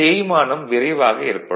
தேய்மானம் விரைவாக ஏற்படும்